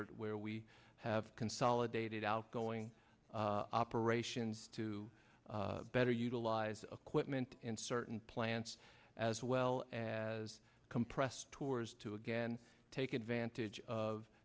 effort where we have consolidated outgoing operations to better utilize a quip meant in certain plants as well as compressed tours to again take advantage of